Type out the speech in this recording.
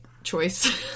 Choice